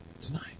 Tonight